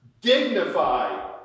dignified